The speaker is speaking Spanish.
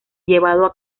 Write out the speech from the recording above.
llevado